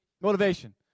Motivation